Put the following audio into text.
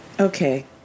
Okay